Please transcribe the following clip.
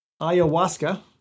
Ayahuasca